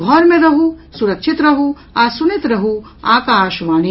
घर मे रहू सुरक्षित रहू आ सुनैत रहू आकाशवाणी